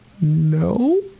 No